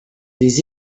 des